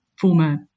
former